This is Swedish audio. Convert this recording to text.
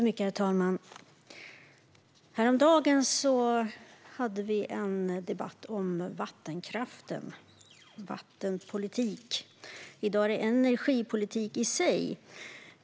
Herr talman! Häromdagen hade vi en debatt om vattenkraften och vattenpolitik. I dag är det energipolitiken i sig.